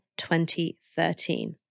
2013